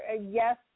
Yes